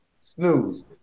Snooze